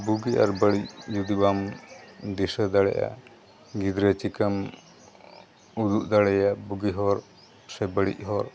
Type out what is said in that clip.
ᱵᱩᱜᱤ ᱟᱨ ᱵᱟᱹᱲᱤᱡ ᱡᱩᱫᱤ ᱵᱟᱢ ᱫᱤᱥᱟᱹ ᱫᱟᱲᱮᱭᱟᱜᱼᱟ ᱜᱤᱫᱽᱨᱟᱹ ᱪᱤᱠᱟᱹᱢ ᱩᱫᱩᱜ ᱫᱟᱲᱮᱭᱟᱭᱟ ᱵᱩᱜᱤ ᱦᱚᱨ ᱥᱮ ᱵᱟᱹᱲᱤᱡ ᱦᱚᱨ